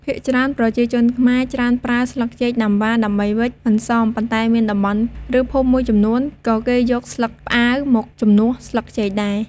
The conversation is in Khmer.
ភាគច្រើនប្រជាជនខ្មែរ ច្រើនប្រើស្លឹកចេកណាំវ៉ា ដើម្បីវេច «អន្សម» ប៉ុន្តែមានតំបន់ ឬភូមិមួយចំនួន ក៏គេយកស្លឹកផ្អាវមកជំនួសស្លឹកចេកដែរ។